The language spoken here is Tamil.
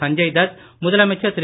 சஞ்சய் தத் முதலமைச்சர் திரு